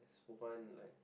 just one like